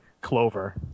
Clover